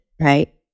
right